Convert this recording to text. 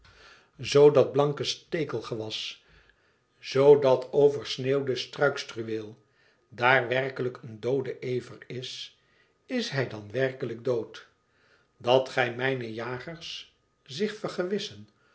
dat blanke stekelgewas zoo dat oversneeuwde struikstruweel daar werkelijk een doode ever is is hij dan werkelijk dod dat gij mijne jagers zich